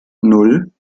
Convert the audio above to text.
nan